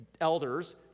elders